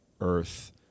Earth